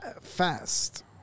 fast